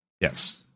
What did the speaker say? Yes